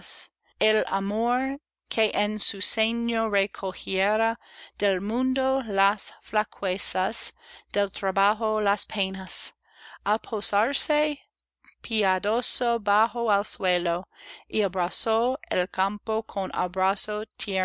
el amor que en su seno recojiera del mundo las flaquezas del trabajo las penas á posarse piadoso bajo al suelo y abrazó al campo con abrazo